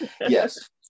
Yes